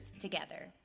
together